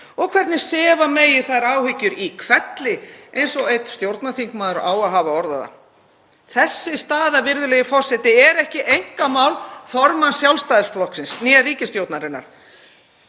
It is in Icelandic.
„og hvernig sefa megi þær áhyggjur „í hvelli“, eins og einn stjórnarþingmaður orðaði það.“ Þessi staða, virðulegi forseti, er ekki einkamál formanns Sjálfstæðisflokksins eða ríkisstjórnarinnar.